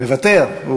מוותר.